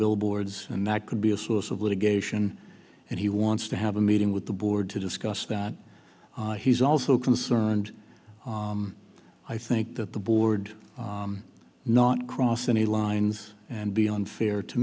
billboards and that could be a source of litigation and he wants to have a meeting with the board to discuss that he's also concerned i think that the board not cross any lines and be unfair to